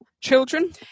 children